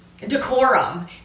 decorum